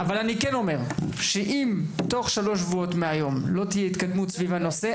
אבל אני כן אומר שאם תוך שלושה שבועות מהיום לא תהיה התקדמות בנושא,